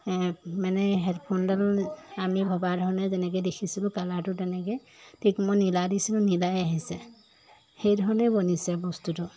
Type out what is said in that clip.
মানে হেডফোনডাল আমি ভবা ধৰণে যেনেকৈ দেখিছিলোঁ কালাৰটো তেনেকৈ ঠিক মই নীলা দিছিলোঁ নীলাই আহিছে সেইধৰণেই বনিছে বস্তুটো